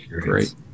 Great